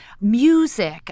music